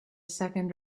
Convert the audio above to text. second